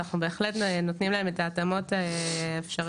ואנחנו בהחלט נותנים להם את ההתאמות האפשריות